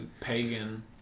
pagan